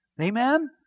Amen